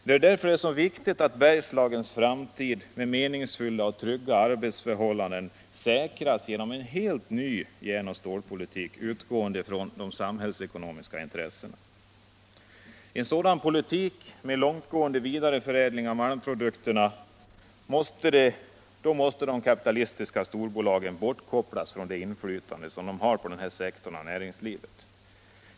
Det är därför det är så viktigt att Bergslagens framtid, med menings fyllda och trygga arbetsförhållanden, säkras genom en helt ny järnoch stålpolitik utgående från de samhällsekonomiska intressena. För att kunna driva en sådan politik, med en långtgående vidareförädling av malmprodukterna, måste de kapitalistiska storbolagen bortkopplas från det inflytande de har över denna sektor av näringslivet.